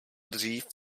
dřív